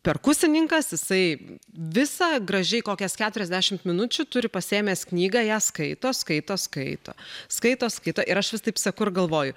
perkusininkas jisai visą gražiai kokias keturiasdešimt minučių turi pasiėmęs knygą ją skaito skaito skaito skaito skaito ir aš vis taip seku ir galvoju